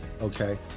okay